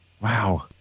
Wow